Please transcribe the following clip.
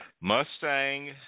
Mustang